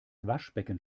waschbecken